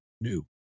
new